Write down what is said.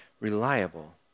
Reliable